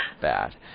bad